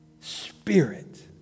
spirit